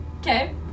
Okay